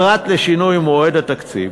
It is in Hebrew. פרט לשינוי מועד הגשת התקציב.